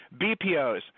bpos